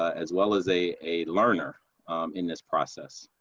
ah as well as a a learner in this process.